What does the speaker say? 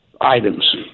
items